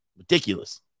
Ridiculous